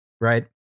right